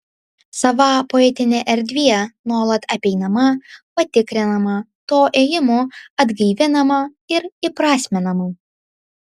sava poetinė erdvė nuolat apeinama patikrinama tuo ėjimu atgaivinama ir įprasminama